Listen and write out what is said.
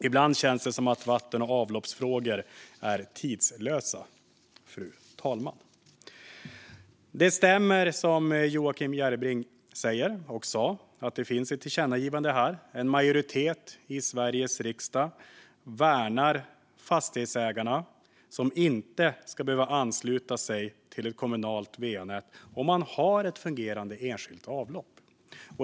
Ibland känns det som att vatten och avloppsfrågor är tidlösa, fru talman. Det stämmer som Joakim Järrebring sa, att det finns ett tillkännagivande. En majoritet i Sveriges riksdag värnar fastighetsägarna som inte ska behöva ansluta sig till ett kommunalt va-nät om de har ett fungerande enskilt avlopp.